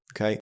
Okay